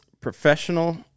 professional